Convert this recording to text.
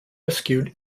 rescued